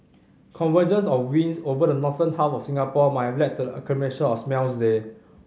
convergence of winds over the northern half of Singapore might have led to the accumulation of smells there